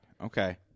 Okay